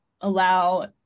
allow